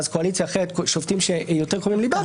ואז קואליציה אחרת ממנה שופטים שיותר קרובים לליבה,